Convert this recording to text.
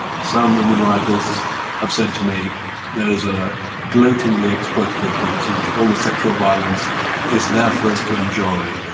some women writers have said to me those are gloatingly exploitative books, in which all the sexual violence is there for us to enjoy,